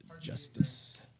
Justice